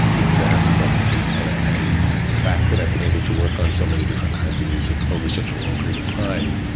examine them, and and ah and the fact that i've been able to work on so many different kinds of music over such a long period of time